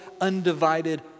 undivided